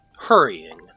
hurrying